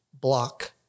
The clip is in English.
block